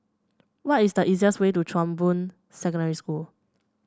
what is the easiest way to Chong Boon Secondary School